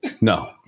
No